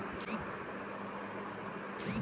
कवन कवन कागज चाही ओकर बदे?